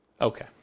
Okay